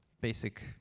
basic